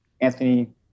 Anthony